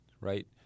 right